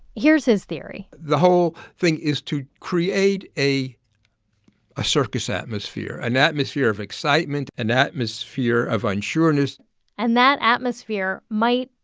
here's his theory the whole thing is to create a ah circus atmosphere, an atmosphere of excitement, an atmosphere of unsureness and that atmosphere might,